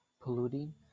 polluting